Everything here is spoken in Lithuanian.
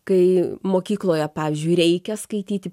kai mokykloje pavyzdžiui reikia skaityti